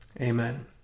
Amen